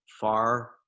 far